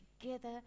together